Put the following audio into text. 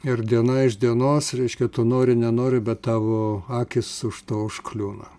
ir diena iš dienos reiškia tu nori nenori bet tavo akys už to užkliūna